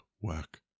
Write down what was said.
work